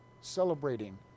celebrating